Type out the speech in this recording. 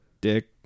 Dick